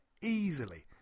easily